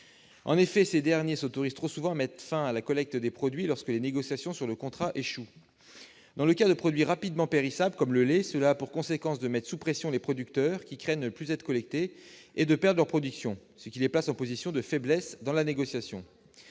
En effet, ces derniers s'autorisent trop souvent à mettre fin à la collecte des produits lorsque les négociations sur le contrat échouent. Dans le cas de produits rapidement périssables comme le lait, cela a pour conséquence de mettre sous pression les producteurs, qui craignent de ne plus être collectés et de perdre leur production, ce qui les place en position de faiblesse dans la négociation.